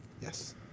Yes